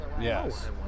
Yes